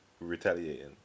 retaliating